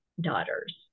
daughters